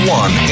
one